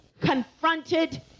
confronted